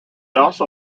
also